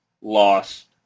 loss